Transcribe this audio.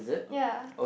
ya